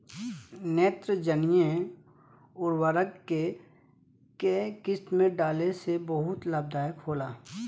नेत्रजनीय उर्वरक के केय किस्त में डाले से बहुत लाभदायक होला?